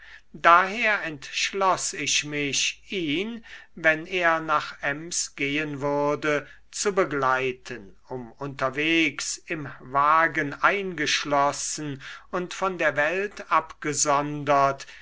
daher entschloß ich mich ihn wenn er nach ems gehen würde zu begleiten um unterwegs im wagen eingeschlossen und von der welt abgesondert